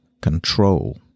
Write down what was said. control